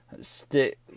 stick